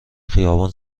خیابان